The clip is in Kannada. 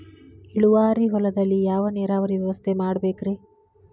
ಇಳುವಾರಿ ಹೊಲದಲ್ಲಿ ಯಾವ ನೇರಾವರಿ ವ್ಯವಸ್ಥೆ ಮಾಡಬೇಕ್ ರೇ?